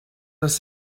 dass